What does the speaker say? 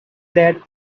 that